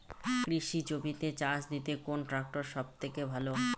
কৃষি জমিতে চাষ দিতে কোন ট্রাক্টর সবথেকে ভালো?